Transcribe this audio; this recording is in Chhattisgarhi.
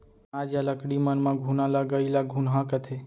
अनाज या लकड़ी मन म घुना लगई ल घुनहा कथें